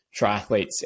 triathletes